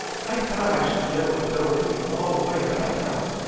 i thought i should be able to go with you all the way, but i cannot.